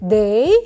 day